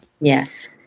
Yes